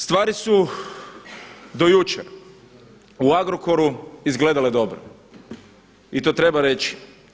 Stvari su do jučer u Agrokoru izgledale dobro i to treba reći.